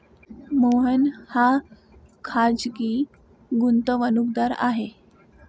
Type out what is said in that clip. मोहन हा खाजगी गुंतवणूकदार आहे